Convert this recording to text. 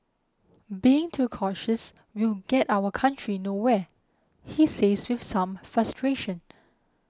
being too cautious will get our country nowhere he says with some frustration